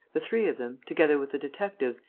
the three of them, together with the detectives,